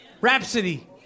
Rhapsody